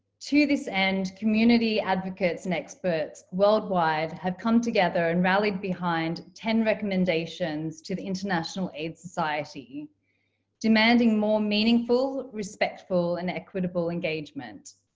to this end, community advocates and experts worldwide have come together and rallied behind ten recommendations to the international aids society. demanding more meaningful, respectful and equitable engagement.